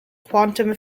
quantum